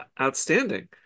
outstanding